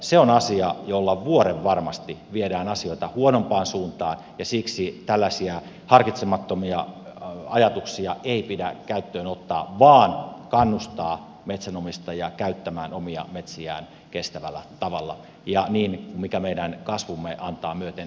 se on asia jolla vuorenvarmasti viedään asioita huonompaan suuntaan ja siksi tällaisia harkitsemattomia ajatuksia ei pidä käyttöön ottaa vaan kannustaa metsänomistajia käyttämään omia metsiään kestävällä tavalla ja niin kuin meidän kasvumme antaa myöten